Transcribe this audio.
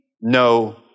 no